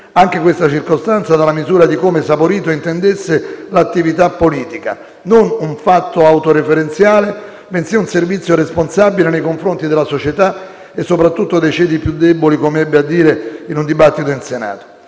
Anche questa circostanza era la misura di come Saporito intendesse l'attività politica: non un fatto autoreferenziale, bensì un servizio responsabile nei confronti della società e soprattutto dei ceti più deboli, come ebbe a dire in un dibattito in Senato.